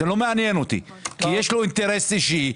זה לא מעניין אותי כי יש לו אינטרס אישי,